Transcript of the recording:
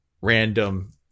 random